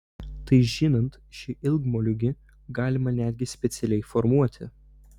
tai žinant šį ilgmoliūgį galima netgi specialiai formuoti